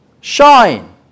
shine